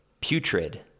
putrid